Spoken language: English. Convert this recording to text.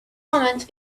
comments